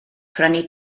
prynu